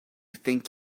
think